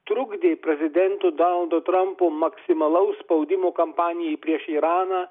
trukdė prezidento donaldo trampo maksimalaus spaudimo kampanijai prieš iraną